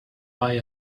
buy